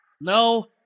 No